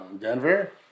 Denver